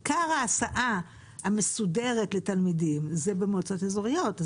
עיקר ההסעה המסודרת לתלמידים זה במועצות אזוריות,